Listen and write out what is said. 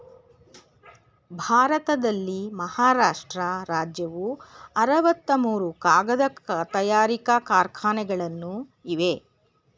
ಭಾರತದಲ್ಲಿ ಮಹಾರಾಷ್ಟ್ರ ರಾಜ್ಯವು ಅರವತ್ತ ಮೂರು ಕಾಗದ ತಯಾರಿಕಾ ಕಾರ್ಖಾನೆಗಳನ್ನು ಇವೆ